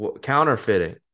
counterfeiting